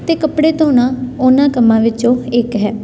ਅਤੇ ਕੱਪੜੇ ਧੋਣਾ ਉਹਨਾਂ ਕੰਮਾਂ ਵਿੱਚੋਂ ਇੱਕ ਹੈ